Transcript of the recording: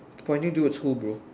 pointing towards who bro